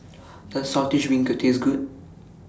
Does Saltish Beancurd Taste Good